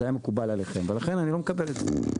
זה היה מקובל עליכם ולכן אני לא מקבל את זה.